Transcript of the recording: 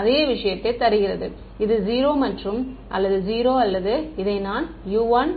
அதே விஷயத்தை தருகிறது இது 0 மற்றும் இது 0 அல்லது இதை நான் u 1